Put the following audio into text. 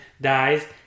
dies